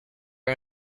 are